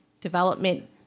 development